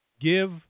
Give